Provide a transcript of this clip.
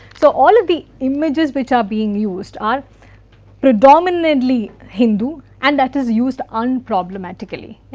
so all of the images which are being used are predominantly hindu and that is used unproblematically.